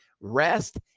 rest